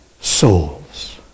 souls